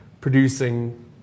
producing